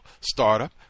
startup